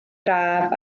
braf